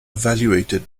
evaluated